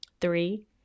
Three